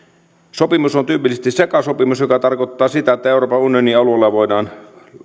sopimus on tyypillisesti sekasopimus joka tarkoittaa sitä että euroopan unionin alueella